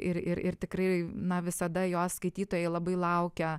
ir ir ir tikrai na visada jos skaitytojai labai laukia